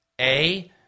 A-